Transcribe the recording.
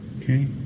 Okay